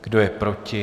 Kdo je proti?